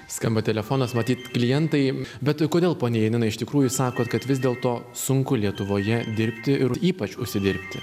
skamba telefonas matyt klientai bet kodėl ponia janina iš tikrųjų sakot kad vis dėlto sunku lietuvoje dirbti ir ypač užsidirbti